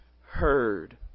heard